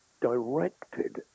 directed